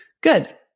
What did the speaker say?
Good